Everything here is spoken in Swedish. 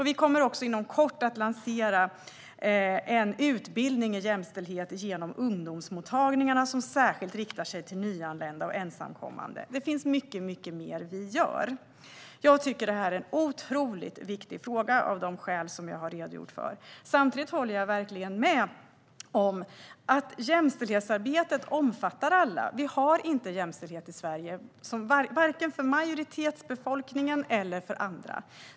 Vi kommer också inom kort att lansera en utbildning i jämställdhet genom ungdomsmottagningarna som särskilt riktar sig till nyanlända och ensamkommande. Det finns mycket mer som vi gör. Jag tycker att detta är en otroligt viktig fråga, av de skäl som jag har redogjort för. Samtidigt håller jag verkligen med om att jämställdhetsarbetet omfattar alla. Vi har inte jämställdhet i Sverige, vare sig för majoritetsbefolkningen eller för andra.